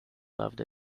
loved